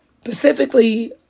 specifically